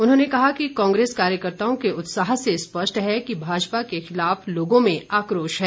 उन्होंने कहा कि कांग्रेस कार्यकर्ताओं के उत्साह से स्पष्ट है कि भाजपा के खिलाफ लोगों में आक्रोश है